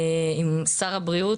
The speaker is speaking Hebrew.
עם שר הבריאות,